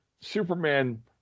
Superman-